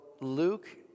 Luke